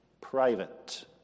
private